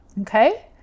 Okay